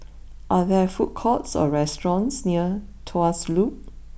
are there food courts or restaurants near Tuas Loop